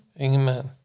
amen